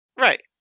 Right